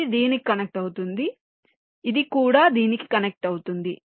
ఇది దీనికి కనెక్ట్ అవుతుంది ఇది కూడా దీనికి కనెక్ట్ అవుతుంది